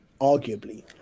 Arguably